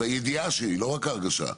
והידיעה שלי לא רק ההרגשה,